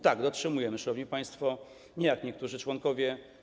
Tak, dotrzymujemy, szanowni państwo - nie jak niektórzy członkowie.